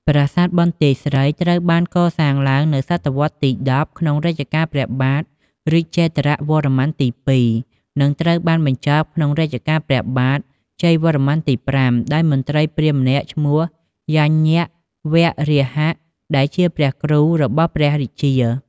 ប្រាសាទបន្ទាយស្រីត្រូវបានកសាងឡើងនៅសតវត្សរ៍ទី ១០ ក្នុងរជ្ជកាលព្រះបាទ រាជេន្ទ្រវរ្ម័នទី ២ និងត្រូវបានបញ្ចប់ក្នុងរជ្ជកាលព្រះបាទ ជ័យវរ្ម័នទី ៥ ដោយមន្ត្រីព្រាហ្មណ៍ម្នាក់ឈ្មោះ យជ្ញវរាហៈ ដែលជាព្រះគ្រូរបស់ព្រះរាជា។